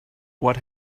what